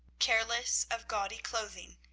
careless of gaudy clothing,